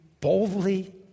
boldly